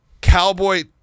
cowboy